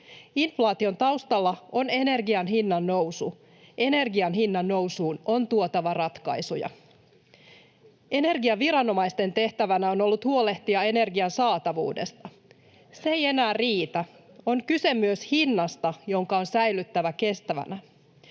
Inflaation taustalla on energian hinnannousu – energian hinnannousuun on tuotava ratkaisuja. Energiaviranomaisten tehtävänä on ollut huolehtia energian saatavuudesta. Se ei enää riitä — on kyse myös hinnasta, jonka on säilyttävä kestettävänä.